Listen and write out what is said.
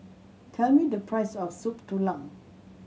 tell me the price of Soup Tulang